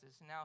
Now